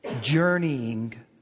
journeying